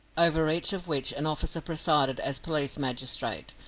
over each of which an officer presided as police magistrate,